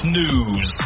news